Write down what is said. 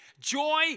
Joy